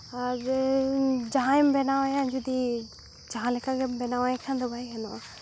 ᱟᱨ ᱡᱟᱦᱟᱸᱭᱮᱢ ᱵᱮᱱᱟᱣ ᱮᱭᱟ ᱡᱩᱫᱤ ᱡᱟᱦᱟᱸ ᱞᱮᱠᱟ ᱜᱮᱢ ᱵᱮᱱᱟᱣ ᱟᱭ ᱠᱷᱟᱱ ᱫᱚ ᱵᱟᱭ ᱜᱟᱱᱚᱜᱼᱟ